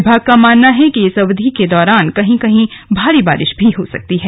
विभाग का मानना है कि इस अवधि के दौरान कहीं कहीं भारी बारिश भी हो सकती है